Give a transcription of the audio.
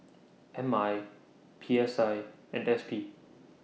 M I P S I and S P